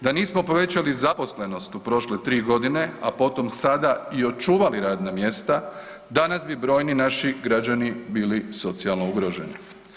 Da nismo povećali zaposlenost u prošle 3 godine, a potom sada i očuvali radna mjesta, danas bi brojni naši građani bili socijalno ugroženi.